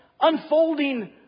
unfolding